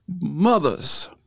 Mothers